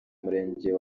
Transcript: murenge